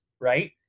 right